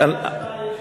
מספקת,